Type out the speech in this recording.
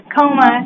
coma